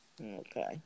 Okay